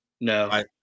No